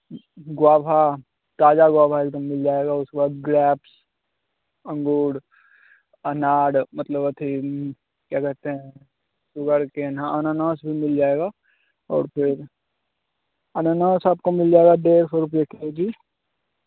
ग्वाभा ताज़ा ग्वाभा एक दम मिल जाएगा उसके बाद ग्रेप्स अँगूड़ अनर मतलब अथी क्या कहते हैं सुगरकेन हाँ अनानास भी मिल जाएगा और फिर अनानास आपको मिल जाएगा डेढ़ सौ रुपिया के जी